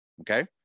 okay